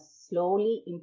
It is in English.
slowly